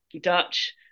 Dutch